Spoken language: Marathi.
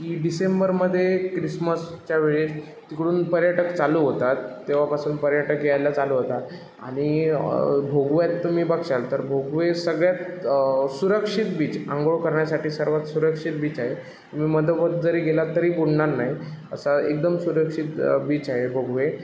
की डिसेंबरमध्ये ख्रिसमसच्या वेळेत तिकडून पर्यटक चालू होतात तेव्हापासून पर्यटक यायला चालू होतात आणि भोगव्यात तुम्ही बघशाल तर भोगवे सगळ्यात सुरक्षित बीच अंघोळ करण्यासाठी सर्वात सुरक्षित बीच आहे तुम्ही मधोमध जरी गेलात तरी बुडनार नाही असा एकदम सुरक्षित बीच आहे भोगवे